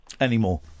Anymore